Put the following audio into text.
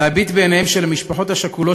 להביט בעיניהם של המשפחות השכולות,